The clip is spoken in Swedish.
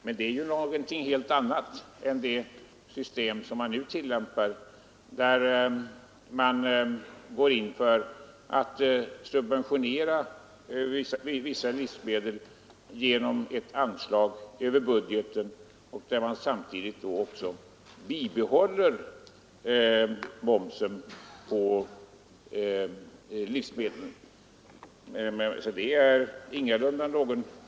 Men det är ju någonting helt annat än det system som man nu vill Nr 38 tillämpa, där man går in för att subventionera vissa livsmedel genom ett Onsdagen den anslag över budgeten och där man samtidigt bibehåller momsen på 13 mars 1974 livsmedel.